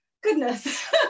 goodness